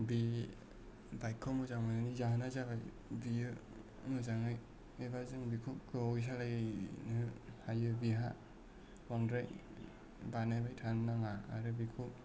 बे बाइकखौ मोजां मोननायनि जाहोना जाबाय बियो मोजाङै एबा जों बेखौ गोबावै सालायनो हायो बेहा बांद्राय बानायबाय थानो नाङा आरो बेखौ